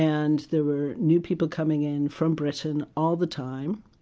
and there were new people coming in from britain all the time,